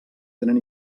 tenen